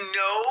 no